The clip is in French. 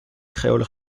créole